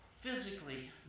Physically